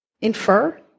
infer